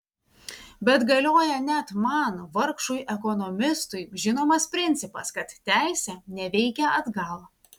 bet galioja net man vargšui ekonomistui žinomas principas kad teisė neveikia atgal